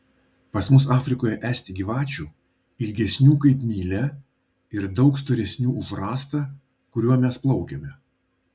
pas mus afrikoje esti gyvačių ilgesnių kaip mylia ir daug storesnių už rąstą kuriuo mes plaukiame